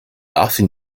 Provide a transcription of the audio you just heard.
often